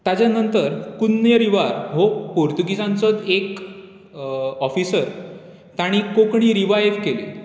ताच्या नंतर कुन्य रिवार हो पोर्तुगीजांचो एक ऑफिसर तांणी कोंकणी रिवायव केली